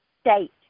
State